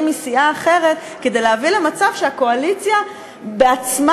מסיעה אחרת כדי להביא למצב שהקואליציה בעצמה,